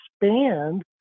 expand